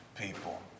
people